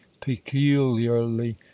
peculiarly